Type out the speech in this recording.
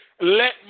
Let